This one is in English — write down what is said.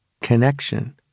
connection